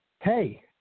hey